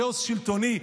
כאוס שלטוני,